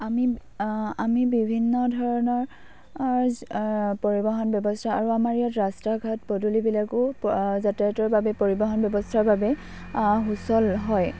আমি আমি বিভিন্ন ধৰণৰ যি পৰিৱহণ ব্যৱস্থা আৰু আমাৰ ইয়াত ৰাস্তা ঘাট পদূলিবিলাকো যাতায়তৰ বাবে পৰিৱহণ ব্যৱস্থাৰ বাবে সুচল হয়